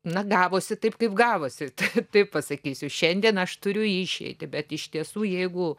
na gavosi taip kaip gavosi taip pasakysiu šiandien aš turiu išeitį bet iš tiesų jeigu